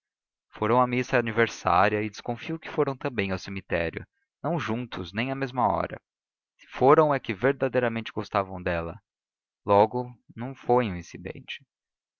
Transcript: foram à missa aniversária e desconfio que foram também ao cemitério não juntos nem à mesma hora se foram é que verdadeiramente gostavam dela logo não foi um incidente